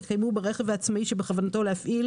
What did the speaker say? התקיימו ברכב העצמאי שבכוונתו להפעיל,